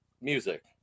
music